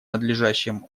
надлежащим